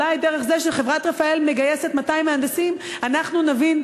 אולי דרך זה שחברת רפא"ל מגייסת 200 מהנדסים אנחנו נבין